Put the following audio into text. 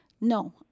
no